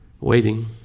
Waiting